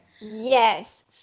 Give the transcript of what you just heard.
Yes